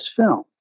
film